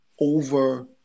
over